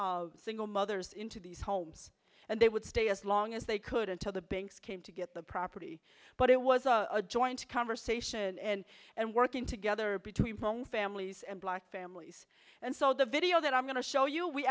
american single mothers into these homes and they would stay as long as they could until the banks came to get the property but it was a joint conversation and and working together between families and black families and so the video that i'm going to show you we